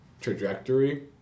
trajectory